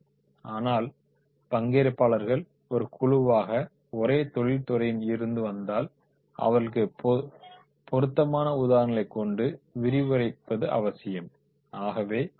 ஆனால் பங்கேற்பாளர்கள் ஒரு குழுவாக ஒரே தொழில்துறையில் இருந்து வந்தால் அவர்களுக்குப் பொருத்தமான உதாரணங்களைக் கொண்டு விரிவுரைப்பது அவசியம்